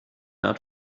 not